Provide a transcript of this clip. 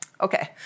okay